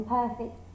perfect